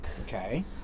Okay